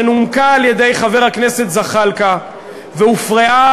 שנומקה על-ידי חבר הכנסת זחאלקה והופרעה